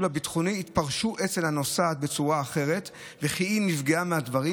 הביטחוני התפרשו אצל הנוסעת בצורה אחרת וכי היא נפגעה מהדברים.